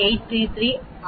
833 க்கு வருகிறது